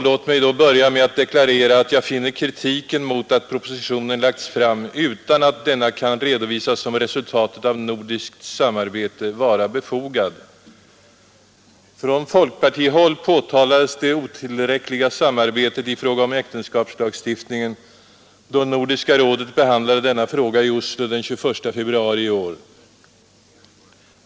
Låt mig börja med att deklarera att jag finner kritiken mot att propositionen lagts fram utan att denna kan redovisas som resultatet av nordiskt samarbete befogad. Från folkpartihåll påtalades det otillräckliga samarbetet i fråga om äktenskapslagstiftningen då Nordiska rådet behandlade denna fråga i Oslo den 21 februari i år.